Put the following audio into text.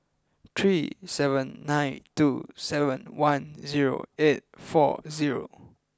three seven nine two seven one zero eight four zero